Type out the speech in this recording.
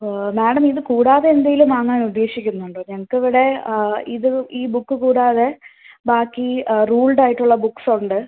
madam ഇത് കൂടാതെ എന്തേലും വാങ്ങാൻ ഉദ്ദേശിക്കുന്നുണ്ടോ ഞങ്ങൾക്കിവിടെ ഇത് ഈ ബുക്ക് കൂടാതെ ബാക്കി റൂൾഡായിട്ടുള്ള ബുക്ക്സൊണ്ട്